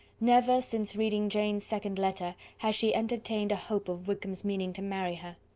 never, since reading jane's second letter, had she entertained a hope of wickham's meaning to marry her.